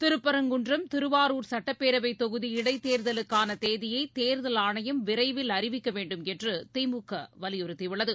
திருப்பரங்குன்றம் திருவாரூர் சுட்டப்பேரவை தொகுதி இடைத்தேர்தலுக்கான தேதியை தேர்தல் ஆணையம் விரைவில் அறிவிக்க வேண்டுமென்று திமுக வலியுறுத்தியுள்ளது